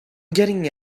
getting